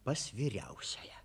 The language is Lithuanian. pas vyriausiąją